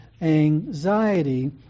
anxiety